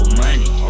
money